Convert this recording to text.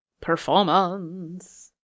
Performance